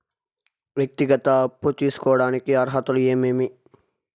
వ్యక్తిగత అప్పు తీసుకోడానికి అర్హతలు ఏమేమి